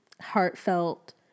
heartfelt